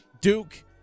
Duke